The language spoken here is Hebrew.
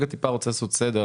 רגע רוצה לעשות טיפה סדר.